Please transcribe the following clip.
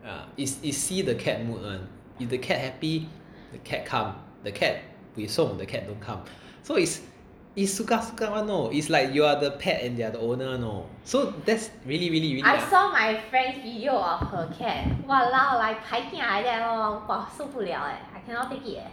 yeah is is see the cat mood [one] if the cat happy the cat come the cat buay song the cat don't come so it's it's suka suka [one] you know it's like you are the pet and they are the owner you know so that's really really ah some